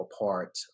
apart